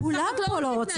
שר החקלאות מתנגד,